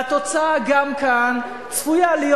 והתוצאה גם כאן צפויה להיות,